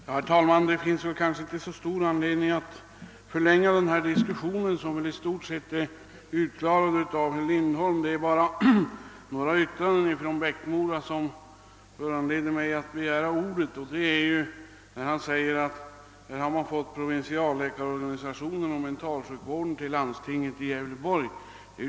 Herr talman! Det finns väl kanske inte så stor anledning att förlänga denna diskussion; begreppen har ju klarats ut av herr Lindholm. Det är bara några yttranden av herr Eriksson i Bäckmora som föranlett mig att begära ordet. Herr Eriksson i Bäckmora åberopade det förhållandet, att man överfört provinsialläkarorganisationen och mentalsjukvården till landstinget i Gävleborgs län.